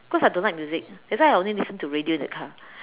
cause I don't like music that's why I only listen to radio in the car